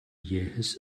jähes